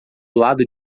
lado